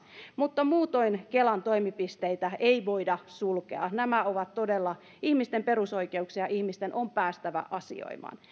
mutta muutoin kelan toimipisteitä ei voida sulkea nämä ovat todella ihmisten perusoikeuksia ihmisten on päästävä asioimaan